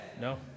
no